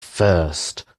first